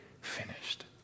finished